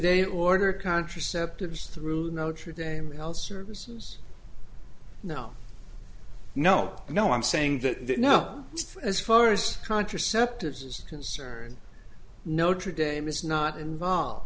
they order contraceptives through the notre dame l services no no no i'm saying that no as far as contraceptives is concerned notre dame is not involved